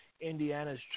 Indiana's